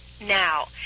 now